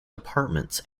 departments